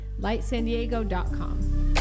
lightsandiego.com